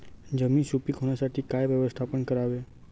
जमीन सुपीक होण्यासाठी काय व्यवस्थापन करावे?